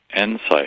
insight